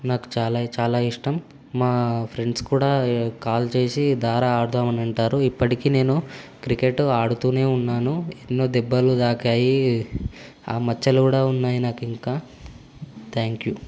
నాకు చాలా చాలా ఇష్టం మా ఫ్రెండ్స్ కూడా కాల్ చేసి దారా ఆడుదాం అని అంటారు ఇప్పటికీ నేను క్రికెట్ ఆడుతూనే ఉన్నాను ఎన్నో దెబ్బలు దాకాయి ఆ మచ్చలు కూడా ఉన్నాయి నాకు ఇంకా థాంక్యూ